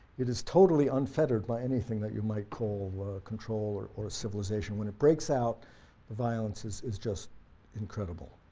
it is totally unfettered by anything that you might call control or or civilization, when it breaks out the violence is is just incredible.